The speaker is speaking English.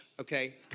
okay